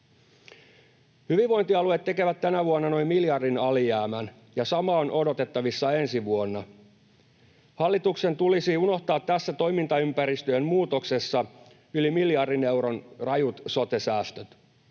Hyvinvointialueet tekevät tänä vuonna noin miljardin alijäämän, ja sama on odotettavissa ensi vuonna. Hallituksen tulisi unohtaa tässä toimintaympäristöjen muutoksessa yli miljardin euron rajut sote-säästöt.